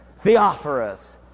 Theophorus